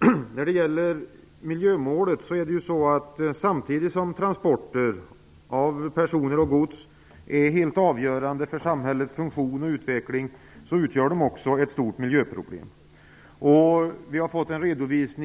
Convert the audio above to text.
Jag vill beträffande miljömålet säga att samtidigt som transporter av personer och gods är helt avgörande för samhällets funktion och utveckling utgör de också ett mycket stort miljöproblem. Vi har